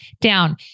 down